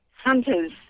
hunters